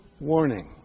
warning